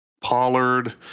Pollard